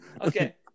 okay